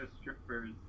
strippers